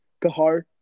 Kahar